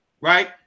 right